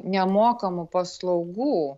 nemokamų paslaugų